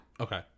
okay